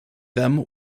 them